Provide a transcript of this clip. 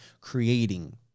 creating